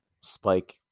spike